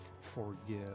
forgive